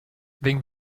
wegen